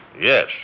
Yes